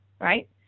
right